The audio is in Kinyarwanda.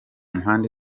mpande